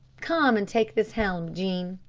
come and take this helm, jean.